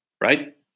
right